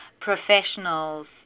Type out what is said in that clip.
professionals